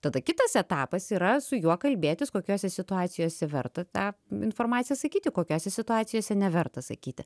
tada kitas etapas yra su juo kalbėtis kokiose situacijose verta tą informaciją sakyti kokiose situacijose neverta sakyti